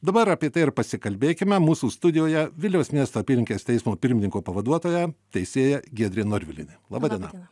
dabar apie tai ir pasikalbėkime mūsų studijoje vilniaus miesto apylinkės teismo pirmininko pavaduotoja teisėja giedrė norvilienė laba diena